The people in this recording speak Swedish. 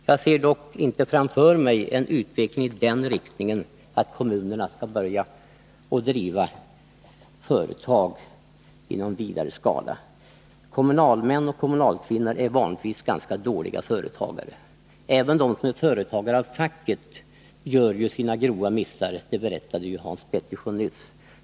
Jag ser dock inte framför mig en utveckling i den riktningen att kommunerna skall börja driva företag i någon vidare skala. Kommunalmän och kommunalkvinnor är vanligtvis ganska dåliga företagare. Även de som är företagare till yrket gör sina grova missar — det berättade Hans Petersson nyss.